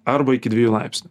arba iki dviejų laipsnių